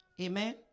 Amen